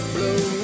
Blue